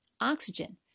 Oxygen